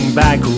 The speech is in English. back